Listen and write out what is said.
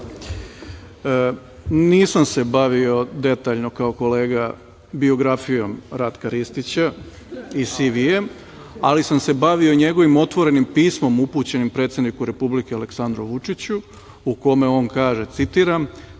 Nisam se bavio detaljno kao kolega biografijom Ratka Ristića i CV-jem, ali sam se bavio njegovim otvorenim pismom upućenim predsedniku Republike Aleksandru Vučiću u kome on kaže, citiram: